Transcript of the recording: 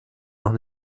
noch